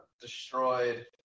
destroyed